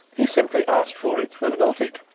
he simply asked for it and got it.